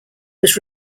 was